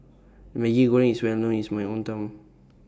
Maggi Goreng IS Well known in My Hometown